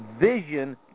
Vision